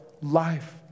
life